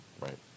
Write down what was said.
Right